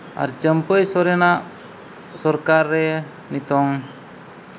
ᱟᱨ ᱪᱟᱹᱢᱯᱟᱹᱭ ᱥᱚᱨᱮᱱᱟᱜ ᱥᱚᱨᱠᱟᱨ ᱨᱮ